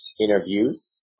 Interviews